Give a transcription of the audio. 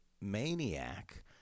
maniac